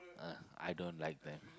uh I don't like that